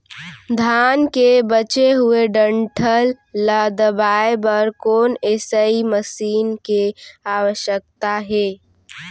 धान के बचे हुए डंठल ल दबाये बर कोन एसई मशीन के आवश्यकता हे?